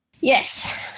Yes